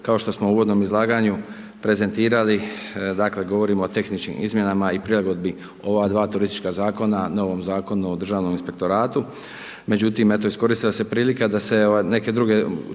Kao što smo u uvodnom izlaganju prezentirali, dakle govorimo o tehničkim izmjenama i prilagodbi ova dva turistička zakona novom Zakonu o Državnom inspektoratu. Međutim, eto iskoristila se prilika da se neke druge